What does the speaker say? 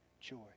joy